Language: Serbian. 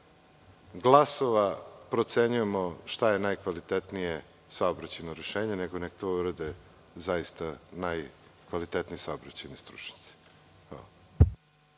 glasova procenjujemo šta je najkvalitetnije saobraćajno rešenje, nego nek to urade zaista najkvalitetniji saobraćajni stručnjaci.